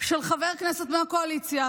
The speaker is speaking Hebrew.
של חבר כנסת מהקואליציה,